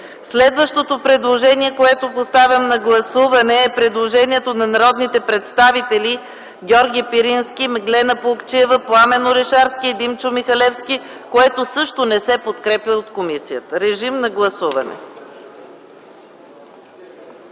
Следващото предложение, което поставям на гласуване, е на народните представители Георги Пирински, Меглена Плугчиева, Пламен Орешарски и Димчо Михалевски, което също не се подкрепя от комисията. Гласували